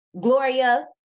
gloria